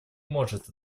может